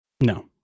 No